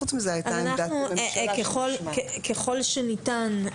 ככל שניתן,